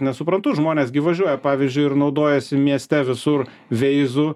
nesuprantu žmonės gi važiuoja pavyzdžiui ir naudojasi mieste visur veizu